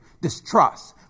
distrust